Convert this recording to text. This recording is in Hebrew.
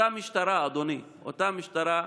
אותה משטרה, אדוני, אותה משטרה,